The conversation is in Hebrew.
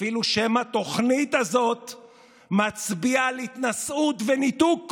לכנסת הזאת, נקים